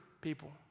people